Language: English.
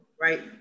Right